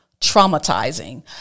traumatizing